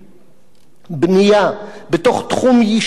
בתוך תחום יישוב קיים או שיוקם,